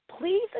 Please